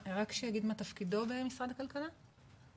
מה תפקידו המשרד הכלכלה?